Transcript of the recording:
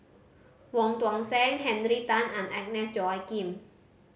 Wong Tuang Seng Henry Tan and Agnes Joaquim